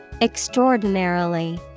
Extraordinarily